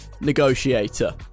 negotiator